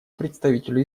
представителю